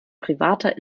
privater